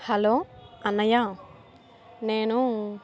hello అన్నయ్య నేను